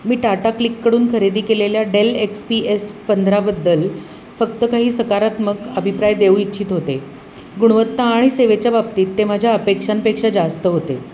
मी टाटाक्लिककडून खरेदी केलेल्या डेल एक्स पी एस पंधराबद्दल फक्त काही सकारात्मक अभिप्राय देऊ इच्छित होते गुणवत्ता आणि सेवेच्या बाबतीत ते माझ्या अपेक्षांपेक्षा जास्त होते